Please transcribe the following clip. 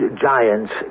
giants